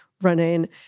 running